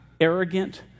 arrogant